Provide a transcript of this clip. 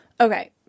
Okay